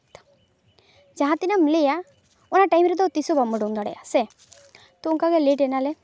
ᱡᱟᱦᱟᱸ ᱛᱤᱱᱨᱮᱢ ᱞᱟᱹᱭᱟ ᱚᱱᱟ ᱴᱟᱭᱤᱢ ᱨᱮᱫᱚ ᱛᱤᱥ ᱨᱮᱦᱚᱸ ᱵᱟᱢ ᱩᱰᱩᱝ ᱫᱟᱲᱮᱭᱟᱜᱼᱟ ᱦᱮᱸᱥᱮ ᱛᱚ ᱚᱱᱠᱟᱜᱮ ᱞᱮᱴ ᱮᱱᱟᱞᱮ